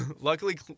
Luckily